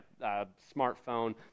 smartphone